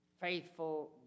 Faithful